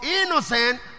innocent